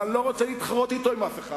ואני לא רוצה להתחרות עליו עם אף אחד,